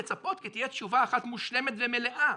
לצפות כי תהיה תשובה אחת מושלמת ומלאה.